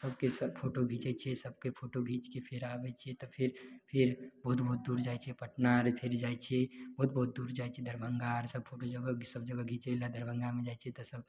सबके सब फोटो घीचय छिचय सबके फोटो घीचिके फेर आबय छियै तऽ फेर फेर बहुत बहुत दूर जाइ छियै पटना आर फेर जाइ छियै बहुत बहुत दूर जाइ छियै दरभंगा आर सब सब जगह सब जगह घीचय लए दरभंगामे जाय छिअय तऽ सब